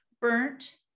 burnt